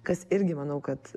kas irgi manau kad